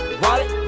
wallet